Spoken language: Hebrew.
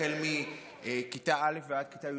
החל מכיתה א' ועד כיתה י"ב,